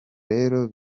rero